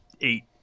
eight